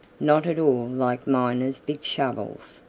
not at all like miner's big shovels.